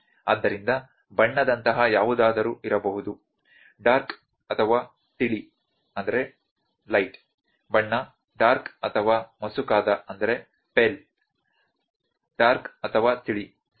ಆದ್ದರಿಂದ ಬಣ್ಣದಂತಹ ಯಾವುದಾದರೂ ಇರಬಹುದು ಡಾರ್ಕ್ ಅಥವಾ ತಿಳಿ ಬಣ್ಣ ಡಾರ್ಕ್ ಅಥವಾ ಮಸುಕಾದ ಡಾರ್ಕ್ ಅಥವಾ ತಿಳಿ ಸರಿ